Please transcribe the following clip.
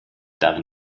darin